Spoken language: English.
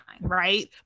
right